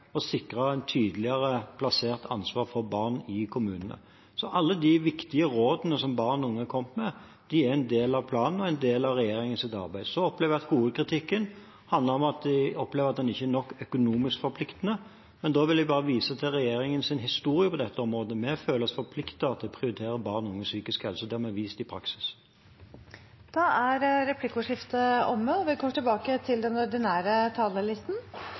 å sikre et tydeligere plassert ansvar for barn i kommunene. Alle de viktige rådene som barn og unge har kommet med, er en del av planen og en del av regjeringens arbeid. Så opplever jeg at hovedkritikken handler om at de opplever at den ikke er nok økonomisk forpliktende. Da vil jeg bare vise til regjeringens historie på dette området. Vi føler oss forpliktet til å prioritere barn og unges psykiske helse, og det har vi vist i praksis. Replikkordskiftet er omme.